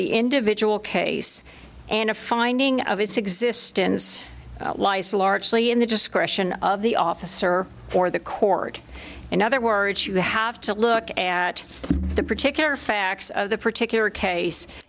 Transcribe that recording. the individual case and a finding of its existence lies largely in the discretion of the officer for the court in other words you have to look at the particular facts of the particular case